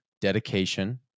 dedication